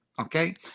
okay